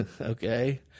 okay